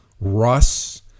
Russ